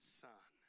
son